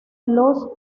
los